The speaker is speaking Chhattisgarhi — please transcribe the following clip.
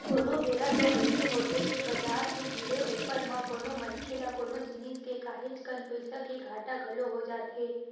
कोनो बेरा तो अइसे होथे के बजार के गिरे ऊपर म कोनो मनखे ल कोनो जिनिस के काहेच कन पइसा के घाटा घलो हो जाथे